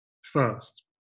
First